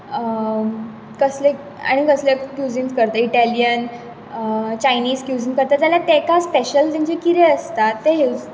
कसले आनी कसलें क्यूजिन्स करता इटालियन चायनिज क्यूजिन करता जाल्यार तेका स्पेशल तेंची कितें आसता ते